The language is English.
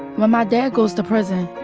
my ah dad goes to prison,